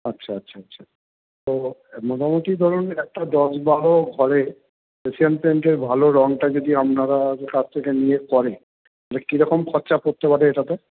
আচ্ছা আচ্ছা আচ্ছা তো মোটামোটি ধরুন একটা দশ বারো ঘরে এশিয়ান পেন্টের ভালো রঙটা যদি আপনারা ওদের কাছ থেকে নিয়ে করেন তালে কীরকম খরচা পড়তে পারে এটাতে